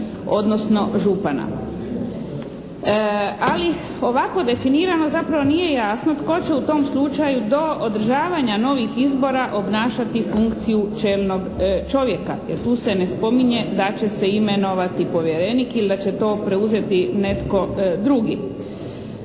odnosno župana. Ali, ovako definirano zapravo nije jasno tko će u tom slučaju do održavanja novih izbora obnašati funkciju čelnog čovjeka, jer tu se ne spominje da će se imenovati povjerenik il' da će to preuzeti netko drugi.